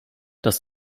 dass